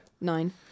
Nine